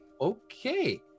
Okay